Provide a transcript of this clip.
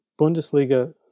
Bundesliga